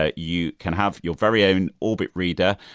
ah you can have your very own orbit reader.